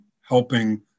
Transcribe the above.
helping